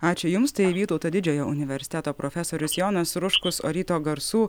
ačiū jums tai vytauto didžiojo universiteto profesorius jonas ruškus o ryto garsų